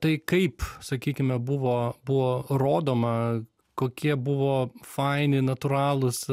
tai kaip sakykime buvo buvo rodoma kokie buvo faini natūralūs